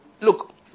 look